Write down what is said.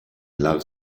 love